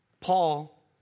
Paul